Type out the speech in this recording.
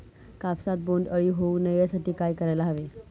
कापसात बोंडअळी होऊ नये यासाठी काय करायला हवे?